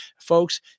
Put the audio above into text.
folks